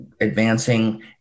advancing